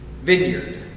vineyard